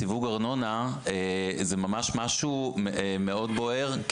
סיווג הארנונה זה משהו מאוד בוער,